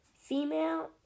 female